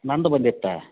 ನನ್ನದು ಬಂದಿತ್ತಾ